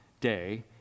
day